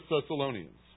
Thessalonians